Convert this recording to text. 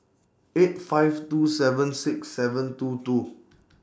eight five two seven six seven two two